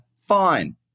fine